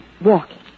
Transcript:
walking